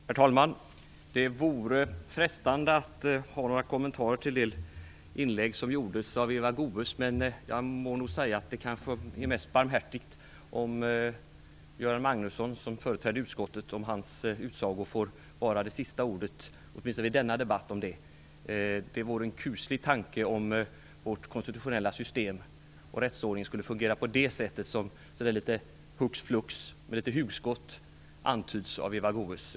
Herr talman! Det vore frestande att göra några kommentarer till Eva Goës anförande, men jag må nog säga att det mest barmhärtiga kanske är om utsagorna av Göran Magnusson, som företräder utskottet, får vara sista ordet, åtminstone i denna debatt. Det vore en kuslig tanke om vårt konstitutionella system och vår rättsordning skulle fungera på det sätt som, litet hux flux, antyds av Eva Goës hugskott.